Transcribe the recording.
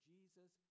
Jesus